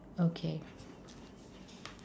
okay